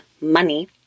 Money